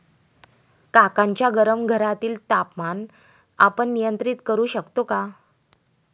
काकांच्या गरम घरातील तापमान आपण नियंत्रित करु शकतो का?